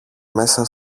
μέσα